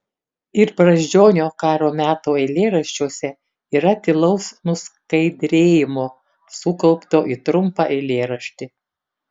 ir brazdžionio karo metų eilėraščiuose yra tylaus nuskaidrėjimo sukaupto į trumpą eilėraštį